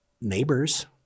neighbors